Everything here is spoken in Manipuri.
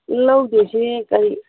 ꯂꯧꯒꯗꯣꯏꯁꯦ ꯀꯔꯤ